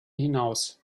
hinaus